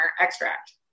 extract